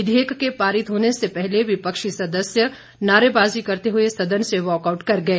विधेयक के पारित होने से पहले विपक्षी सदस्य नारेबाजी करते हुए सदन से वाकआउट कर गए